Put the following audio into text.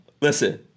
Listen